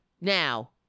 now